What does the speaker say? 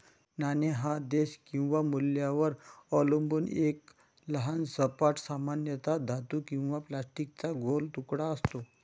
नाणे हा देश किंवा मूल्यावर अवलंबून एक लहान सपाट, सामान्यतः धातू किंवा प्लास्टिकचा गोल तुकडा असतो